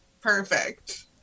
Perfect